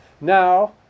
Now